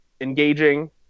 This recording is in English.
engaging